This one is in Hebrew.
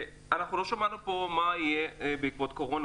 לא שמענו פה מה יהיה בעקבות הקורונה,